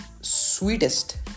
sweetest